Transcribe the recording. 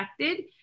affected